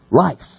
life